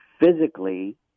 physically